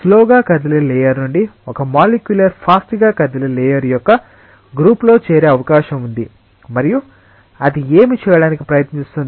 slow గా కదిలే layer నుండి ఒక మాలిక్యుల్ ఫాస్ట్ గా కదిలే లేయర్ యొక్క గ్రూప్ లో చేరే అవకాశం ఉంది మరియు అది ఏమి చేయడానికి ప్రయత్నిస్తుంది